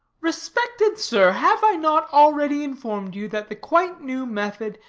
respected sir, have i not already informed you that the quite new method,